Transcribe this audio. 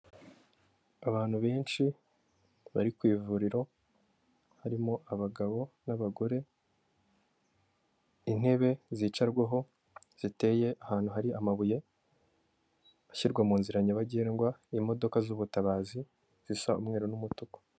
Abantu benshi bari ku ivuriro, harimo abagabo n'abagore, intebe zicarwaho ziteye ahantu hari amabuye, ashyirwa mu nzira nyabagendwa, imodoka z'ubutabazi zisa umweru n'umutuku.